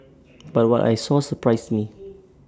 but what I saw surprised me